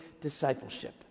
discipleship